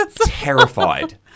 Terrified